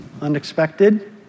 Unexpected